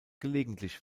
gelegentlich